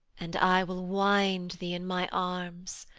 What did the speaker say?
and i will wind thee in my arms.